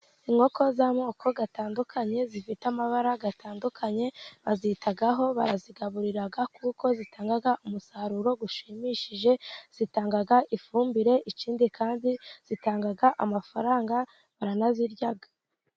Inkoko z'amoko atandukanye zifite amabara atandukanye bazitaho, barazigaburira kuko zitanga umusaruro ushimishije. Zitanga ifumbire, ikindi kandi zitanga amafaranga, baranazirya.